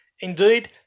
Indeed